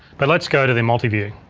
but let's go to the multiview.